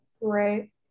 Right